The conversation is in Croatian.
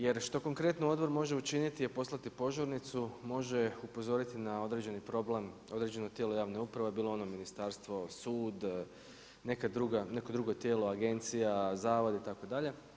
Jer što konkretno Odbor može učiniti je poslati požurnicu, može upozoriti na određeni problem, određeno tijelo javne uprave, bilo ono ministarstvo, sud, neko drugo tijelo, agencija, zavod itd.